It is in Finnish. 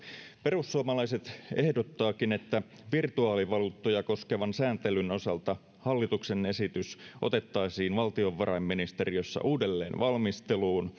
perussuomalaiset ehdottaakin että virtuaalivaluuttoja koskevan sääntelyn osalta hallituksen esitys otettaisiin valtiovarainministeriössä uudelleen valmisteluun